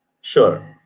Sure